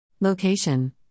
Location